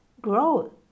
grow